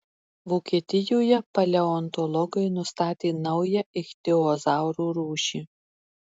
vokietijoje paleontologai nustatė naują ichtiozaurų rūšį